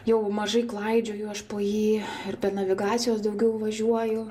jau mažai klaidžioju aš po jį ir be navigacijos daugiau važiuoju